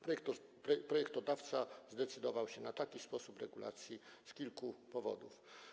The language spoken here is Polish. Projektodawca zdecydował się na taki sposób regulacji z kilku powodów.